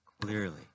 clearly